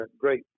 great